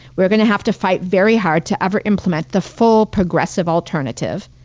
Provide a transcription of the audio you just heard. we are gonna have to fight very hard to ever implement the full progressive alternative.